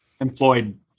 employed